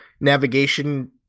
navigation